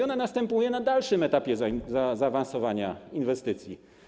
Ona następuje na dalszym etapie zaawansowania inwestycji.